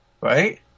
Right